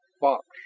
Fox